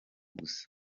gusa